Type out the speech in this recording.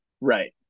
Right